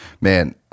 man